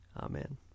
Amen